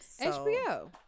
hbo